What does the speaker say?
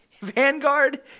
Vanguard